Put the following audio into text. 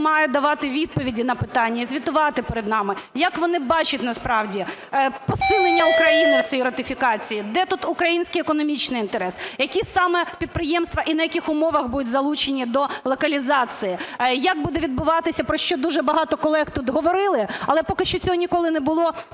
має давати відповіді на питання і звітувати перед нами, як вони бачать насправді посилення України в цій ратифікації, де тут український економічний інтерес, які саме підприємства і на яких умовах будуть залучені до локалізації. І як буде відбуватися, про що дуже багато колег тут говорили, але поки що цього ніколи не було,